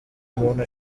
umuntu